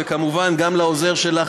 וכמובן גם לעוזר שלך,